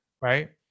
Right